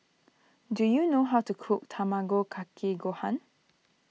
do you know how to cook Tamago Kake Gohan